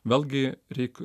vėlgi reik